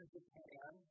Japan